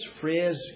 phrase